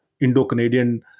Indo-Canadian